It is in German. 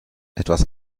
etwas